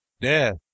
death